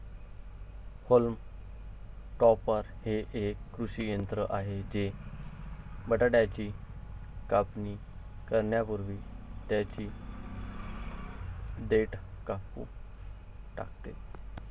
haulm topper हे एक कृषी यंत्र आहे जे बटाट्याची कापणी करण्यापूर्वी त्यांची देठ कापून टाकते